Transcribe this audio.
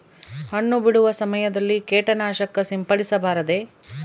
ಹಣ್ಣು ಬಿಡುವ ಸಮಯದಲ್ಲಿ ಕೇಟನಾಶಕ ಸಿಂಪಡಿಸಬಾರದೆ?